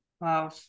Wow